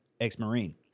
ex-Marine